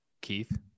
Keith